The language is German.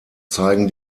zeigen